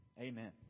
Amen